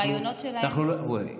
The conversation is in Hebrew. הראיונות שלהם,